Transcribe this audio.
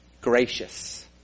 gracious